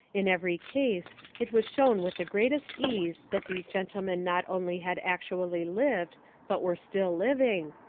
in every case it was shown with the greatest ease that these gentlemen not only had actually lived but were still living,